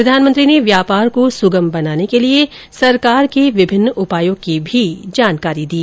प्रधानमंत्री ने व्यापार को सुगम बनाने के लिए सरकार के विभिन्न उपायों की भी जानकारी दी